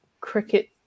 Cricket